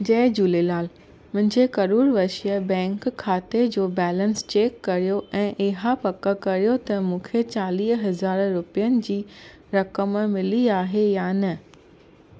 जय झूलेलाल मुंहिंजे करूर वैश्य बैंक खाते जो बैलेंस चेक कयो ऐं इहा पक कयो त मूंखे चालीह हज़ार रुपियनि जी रक़म मिली आहे या न